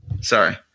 Sorry